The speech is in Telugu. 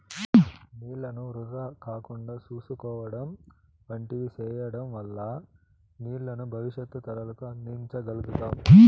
నీళ్ళను వృధా కాకుండా చూసుకోవడం వంటివి సేయడం వల్ల నీళ్ళను భవిష్యత్తు తరాలకు అందించ గల్గుతాం